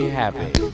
happy